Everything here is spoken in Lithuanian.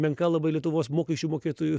menka labai lietuvos mokesčių mokėtojų